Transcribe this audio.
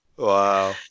Wow